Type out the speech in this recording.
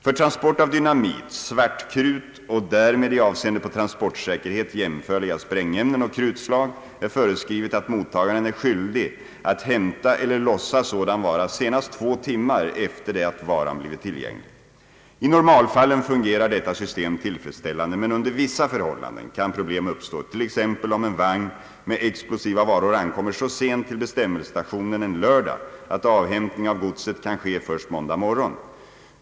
För transport av dynamit, svartkrut och därmed i avseende på transportsäkerhet jämförliga sprängämnen och krutslag är föreskrivet, att mottagaren är skyldig att hämta eller lossa sådan vara senast två timmar efter det att varan blivit tillgänglig. I normalfallen fungerar detta system tillfredsställande men under vissa förhållanden kan problem uppstå, t.ex. om en vagn med explosiva varor ankommer så sent till bestämmelsestationen en lördag att avhämtning av godset kan ske först måndag morgon.